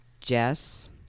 Jess